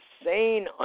insane